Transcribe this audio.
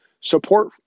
support